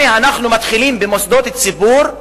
הנה, אנחנו מתחילים במוסדות ציבור,